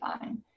fine